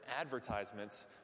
advertisements